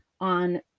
on